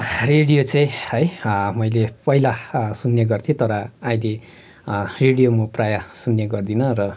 radio चाहिँ है मैले पहिला सुन्ने गर्थेँ तर अहिले रेडियो म प्राय सुन्ने गर्दिन र